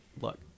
look